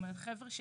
יש